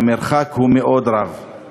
המרחק הוא רב מאוד.